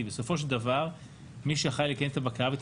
.בסופו של דבר מי שאחראי לקיים את הבקרה ואת